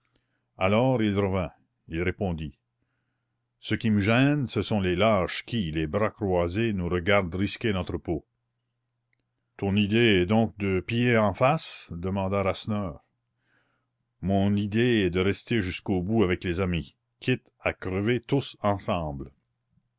alors il revint il répondit ce qui me gêne ce sont les lâches qui les bras croisés nous regardent risquer notre peau ton idée est donc de piller en face demanda rasseneur mon idée est de rester jusqu'au bout avec les amis quitte à crever tous ensemble